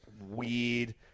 weird